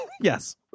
Yes